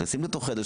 נכנסים לתוך חדר,